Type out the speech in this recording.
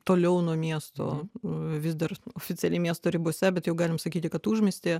toliau nuo miesto vis dar oficialiai miesto ribose bet jau galime sakyti kad užmiestyje